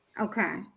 Okay